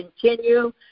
continue